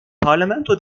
parlamento